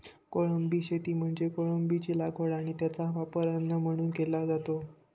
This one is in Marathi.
कोळंबी शेती म्हणजे कोळंबीची लागवड आणि त्याचा वापर अन्न म्हणून केला जातो